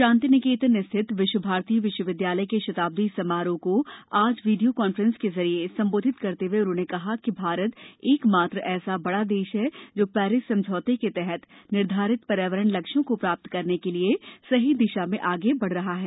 शांति निकेतन स्थित विश्व भारती विश्वविद्यालय के शताब्दी समारोह को आज वीडियो कॉन्फ्रेंस के जरिए संबोधित करते हुए उन्होंने कहा कि भारत एकमात्र ऐसा बड़ा देश है जो पेरिस समझौते के तहत निर्धारित पर्यावरण लक्ष्यों को प्राप्त करने के लिए सही दिशा में आगे बढ़ रहा है